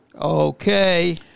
Okay